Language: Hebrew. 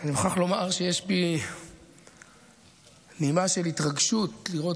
אני מוכרח לומר שיש בי נימה של התרגשות לראות